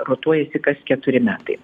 rotuojasi kas keturi metai